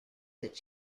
that